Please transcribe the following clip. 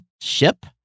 ship